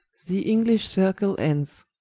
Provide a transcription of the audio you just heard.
the english circle ends,